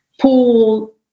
pool